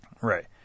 Right